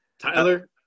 Tyler